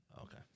Okay